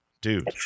Dude